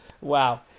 Wow